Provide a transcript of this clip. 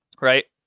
right